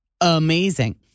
amazing